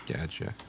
Gotcha